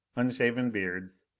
unshaven beards.